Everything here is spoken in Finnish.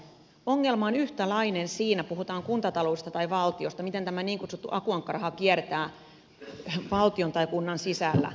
ongelma on yhtäläinen puhutaan kuntataloudesta tai valtiosta siinä miten tämä niin kutsuttu akuankkaraha kiertää valtion tai kunnan sisällä